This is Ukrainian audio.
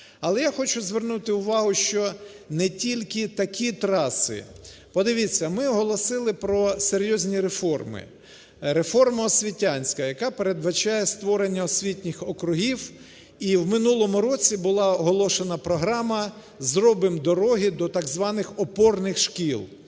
Але я хочу звернути увагу, що не тільки такі траси. Подивіться, ми оголосили про серйозні реформи. Реформа освітянська, яка передбачає створення освітніх округів, і в минулому році була оголошена програма "зробимо дороги до так званих опорних шкіл".